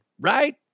Right